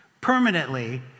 Permanently